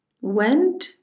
Went